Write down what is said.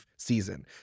season